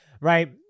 Right